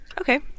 Okay